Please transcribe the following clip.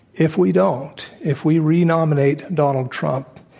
if we don't, if we re-nominate donald trump,